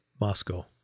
Moscow